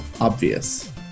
obvious